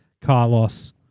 Carlos